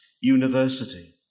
university